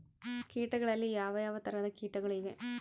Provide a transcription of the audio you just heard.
ಕೇಟಗಳಲ್ಲಿ ಯಾವ ಯಾವ ತರಹದ ಕೇಟಗಳು ಇವೆ?